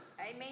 Amen